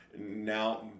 Now